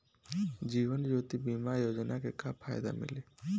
जीवन ज्योति बीमा योजना के का फायदा मिली?